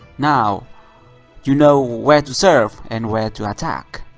know you know where to serve, and where to attack.